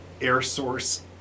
air-source